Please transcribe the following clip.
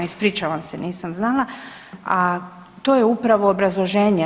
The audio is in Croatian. Ispričavam se, nisam znala, a to je upravo obrazloženje.